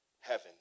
heaven